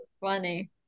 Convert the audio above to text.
funny